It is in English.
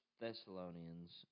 Thessalonians